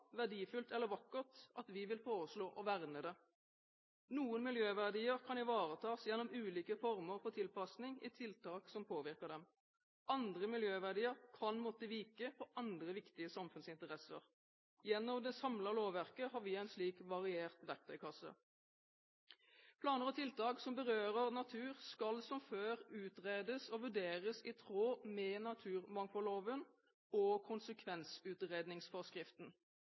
verdifullt eller vakkert at vi vil foreslå å verne det. Noen miljøverdier kan ivaretas gjennom ulike former for tilpasning i tiltak som påvirker dem. Andre miljøverdier kan måtte vike for andre viktige samfunnsinteresser. Gjennom det samlede lovverket har vi en slik variert verktøykasse. Planer og tiltak som berører natur, skal som før utredes og vurderes i tråd med naturmangfoldloven og konsekvensutredningsforskriften.